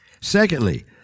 Secondly